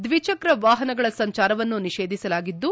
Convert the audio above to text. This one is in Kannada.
ದ್ವಿಚ್ರಕ್ರ ವಾಹನಗಳ ಸಂಚಾರವನ್ನು ನಿಷೇಧಿಸಲಾಗಿದ್ದು